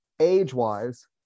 age-wise